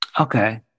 Okay